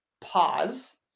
pause